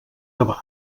cavar